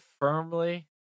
firmly